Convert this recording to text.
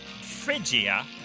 Phrygia